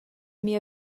mia